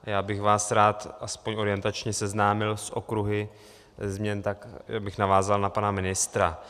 Rád bych vás aspoň orientačně seznámil s okruhy změn tak, abych navázal na pana ministra.